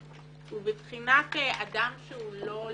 הוא בבחינת אדם לא לגיטימי.